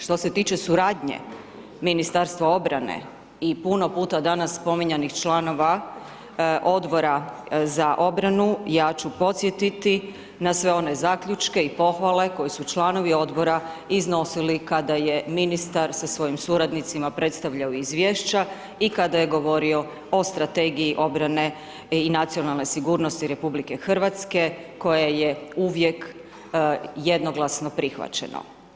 Što se tiče suradnje Ministarstva obrane i puno puta danas spominjanih članova Odbora za obranu, ja ću podsjetiti, na sve one zaključke i pohvale koju su članovi odbora iznosili kada je ministar sa svojim suradnicima predstavljao izvješća i kada je govorio o strategiji obrane i nacionalnoj sigurnosti RH, koja je uvijek jednoglasno prihvaćena.